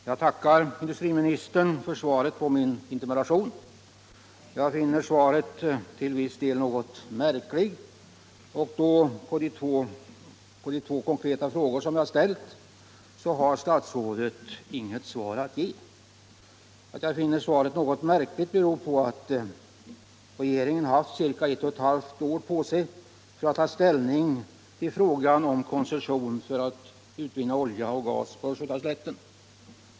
Herr talman! Jag tackar industriministern för svaret på min interpellation. Jag finner svaret till viss del något märkligt, och på de två konkreta frågor som jag ställt har statsrådet inget svar att ge. Att jag finner svaret något märkligt beror på att regeringen haft ca ett och ett halvt år på sig för att ta ställning till frågan om koncession för att utvinna olja och gas på östgötaslätten.